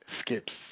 skips